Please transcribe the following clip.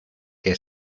que